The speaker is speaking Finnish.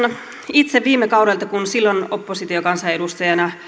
itse viime kaudelta kun silloin oppositiokansanedustajana